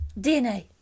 DNA